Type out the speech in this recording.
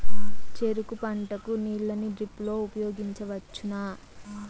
చెరుకు పంట కు నీళ్ళని డ్రిప్ లో ఉపయోగించువచ్చునా?